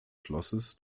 schlosses